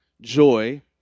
joy